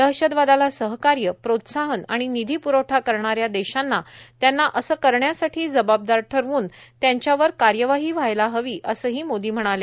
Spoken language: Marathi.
दहशतवादाला सहकार्य प्रोत्साहन आणि निधी प्रवठा करणाऱ्या देशांना त्यांना असं करण्यासाठी जबाबदार ठरवून त्यांच्यावर कार्यवाही व्हायला हवी असंही मोदी म्हणाले